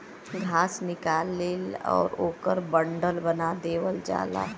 घास निकलेला ओकर बंडल बना देवल जाला